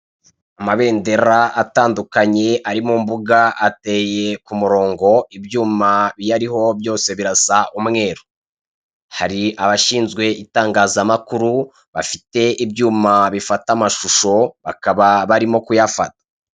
Amabendera atandukanye ari mu mbuga ateye ku muromgo ibyuma biyariho byose birasa umweru. Hari abashinzwe itangazamakuru bafite ibyuma bifata amashusho bakaba barimo kuyafata.